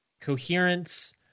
Coherence